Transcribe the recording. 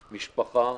משפחה,